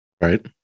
Right